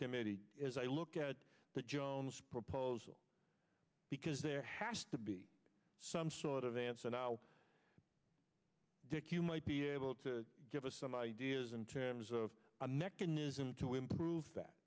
committee as i look at the jones proposal because there has to be some sort of answer now dick you might be able to give us some ideas in terms of a mechanism to improve that